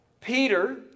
Peter